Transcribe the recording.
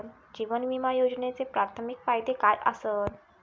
जीवन विमा योजनेचे प्राथमिक फायदे काय आसत?